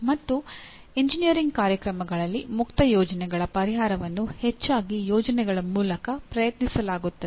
ಮತ್ತು ಎಂಜಿನಿಯರಿಂಗ್ ಕಾರ್ಯಕ್ರಮಗಳಲ್ಲಿ ಮುಕ್ತ ಯೋಜನೆಗಳ ಪರಿಹಾರವನ್ನು ಹೆಚ್ಚಾಗಿ ಯೋಜನೆಗಳ ಮೂಲಕ ಪ್ರಯತ್ನಿಸಲಾಗುತ್ತದೆ